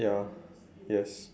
ya yes